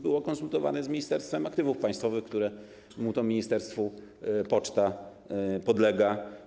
Było to konsultowane z Ministerstwem Aktywów Państwowych, któremu to ministerstwu poczta podlega.